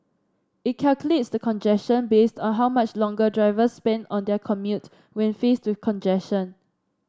it calculates the congestion based on how much longer drivers spend on their commute when faced to congestion